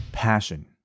passion